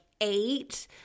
eight